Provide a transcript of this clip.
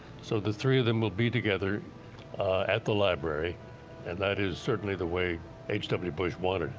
so the three of them will be together at the library and that is certainly the way h w. bush wanted.